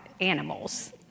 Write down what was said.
animals